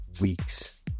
weeks